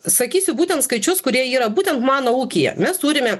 sakysiu būtent skaičius kurie yra būtent mano ūkyje mes turime